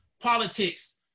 politics